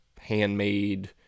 handmade